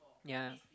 ya